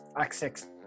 access